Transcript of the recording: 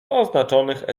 oznaczonych